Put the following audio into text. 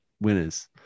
winners